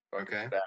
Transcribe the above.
okay